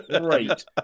great